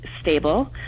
stable